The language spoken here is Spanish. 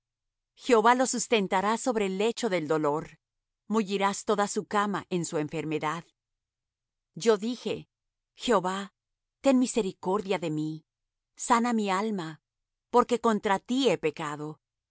jehová lo sustentará sobre el lecho del dolor mullirás toda su cama en su enfermedad yo dije jehová ten misericordia de mí sana mi alma porque contra ti he pecado